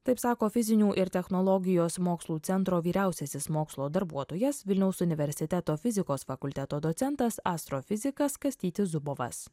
taip sako fizinių ir technologijos mokslų centro vyriausiasis mokslo darbuotojas vilniaus universiteto fizikos fakulteto docentas astrofizikas kastytis zubovas